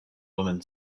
woman